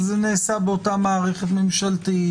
זה נעשה באותה מערכת ממשלתית,